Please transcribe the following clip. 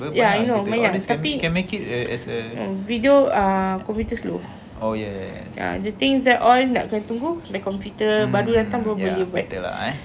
ya I know banyak tapi video um computer slow the things that all nak kena tunggu the computer baru datang baru boleh buat